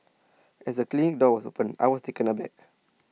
as the clinic door opened I was taken aback